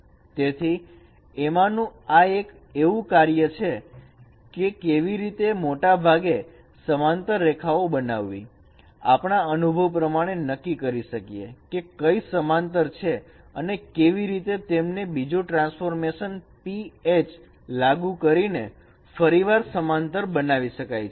તેથી એમાંનું એક કાર્ય એવું છે કે કેવી રીતે મોટાભાગે સમાંતર રેખાઓ બનાવવી આપણા અનુભવ પ્રમાણે નક્કી કરી શકીએ કે કઈ સમાંતર છે અને કેવી રીતે તેમને બીજું ટ્રાન્સફોર્મેશન p H લાગુ કરીને ફરીવાર સમાંતર બનાવી શકાય